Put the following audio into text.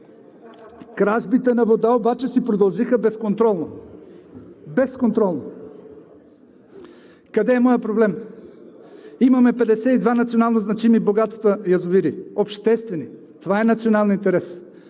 Кражбите на вода обаче си продължиха безконтролно. Безконтролно! Къде е моят проблем? Имаме 52 национално значими богатства – язовири, обществени. Това е националният интерес.